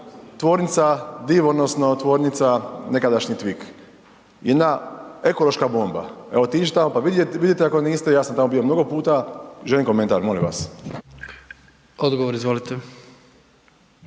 tvornica Div odnosno tvornica nekadašnji Tvik, jedna ekološka bomba. Evo, otiđi tamo pa vidite ako niste, ja sam tamo bio mnogo puta, želim komentar molim vas. **Jandroković,